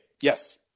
Yes